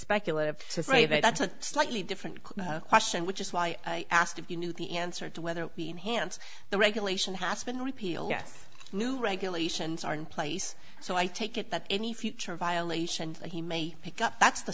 that's a slightly different question which is why i asked if you knew the answer to whether it be enhanced the regulation has been repealed yes new regulations are in place so i take it that any future violation he may pick up that's the